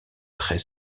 très